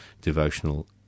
devotional